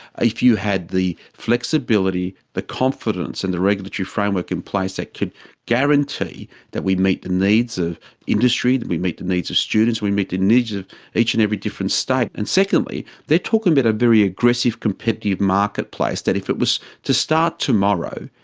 ah if you had the flexibility, the confidence in the regulatory framework in place that could guarantee that we meet the needs of industry, that we meet the needs of students, that we meet the needs of each and every different state. and secondly, they're talking about a very aggressive competitive marketplace, that if it was to start tomorrow,